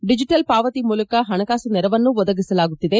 digital ಪಾವತಿ ಮೂಲಕ ಹಣಕಾಸು ನೆರವನ್ನೂ ಒದಗಿಸಲಾಗುತ್ತಿದೆ